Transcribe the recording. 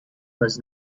was